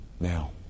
Now